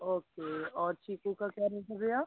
okay और चीकू का क्या रेट है भैया